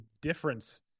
difference